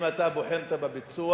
אם אתה בוחן אותה בביצוע,